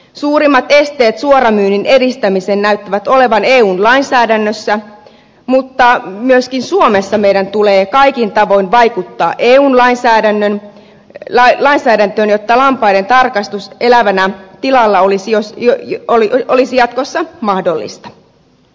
suurimmat esteet suoramyynnin edistämiseen näyttävät olevan eun lainsäädännössä mutta myöskin suomessa meidän tulee kaikin tavoin vaikuttaa eun lainsäädäntöön jotta lampaiden tarkastus elävänä tilalla olisi jatkossa mahdollista